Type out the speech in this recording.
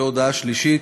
הודעה שלישית,